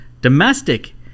domestic